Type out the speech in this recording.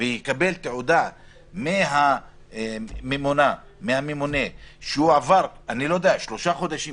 ויקבל תעודה מהממונה שהוא עבר שלושה חודשים,